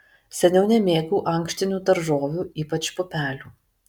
seniau nemėgau ankštinių daržovių ypač pupelių